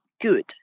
good